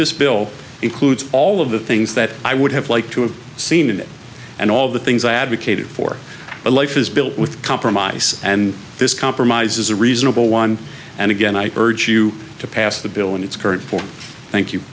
this bill includes all of the things that i would have liked to have seen in it and all the things i advocated for a life is built with compromise and this compromise is a reasonable one and again i urge you to pass the bill in its current form thank you